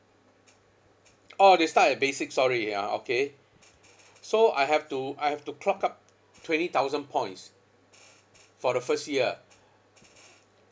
orh they start at basic sorry ya okay so I have to I have to clock up twenty thousand points for the first year